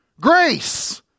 Grace